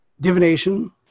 divination